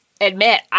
admit